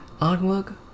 artwork